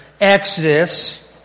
Exodus